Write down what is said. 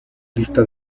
lista